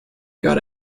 got